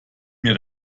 mir